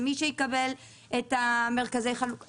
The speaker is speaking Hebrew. למי שיקבל את מרכזי החלוקה.